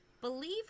believe